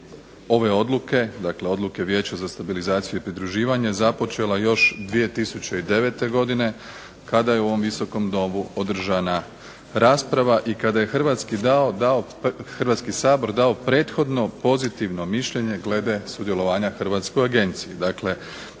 ove Odluke, dakle Odluke Vijeća za stabilizaciju i pridruživanja već započela 2009. godine kada je u ovom Visokom domu održana rasprava i kada je Hrvatski sabor dao prethodno pozitivno mišljenje glede sudjelovanja Hrvatske u Agenciji.